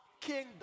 kingdom